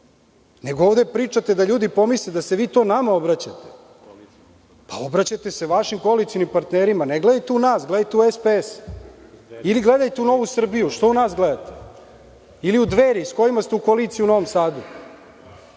Ovde pričate da ljudi pomisle da se vi to nama obraćate. Obraćajte se vašim koalicionim partnerima. Ne gledajte u nas, gledajte u SPS ili gledajte u Novu Srbiju. Što u nas gledate? Ili gledajte u „Dveri“, sa kojima ste u koaliciji u Novom Sadu?